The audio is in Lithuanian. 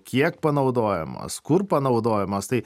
kiek panaudojamas kur panaudojamas tai